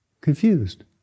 confused